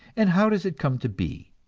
and how does it come to be?